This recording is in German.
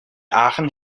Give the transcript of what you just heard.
aachen